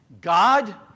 God